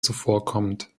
zuvorkommend